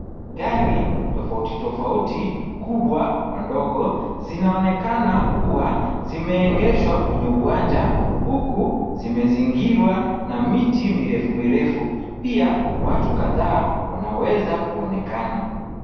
Gari tofauti tofauti, kubwa kwa ndogo zinaonekana kuwa zimeegeshwa kwenye uwanja huku zimezingirwa na miti mirefu mirefu. Pia watu kadhaa wanaweza kuonekana.